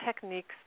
techniques